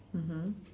mmhmm